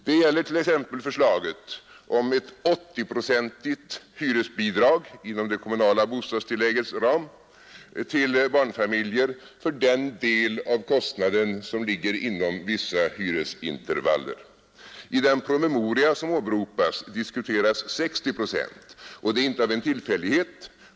Det gäller t.ex. förslaget om ett 80-procentigt hyresbidrag inom det kommunala bostadstilläggets ram till barnfamiljer för den del av kostnaden som ligger inom vissa hyresintervaller. I den promemoria som åberopas diskuteras 60 procent, och det är inte av en tillfällighet.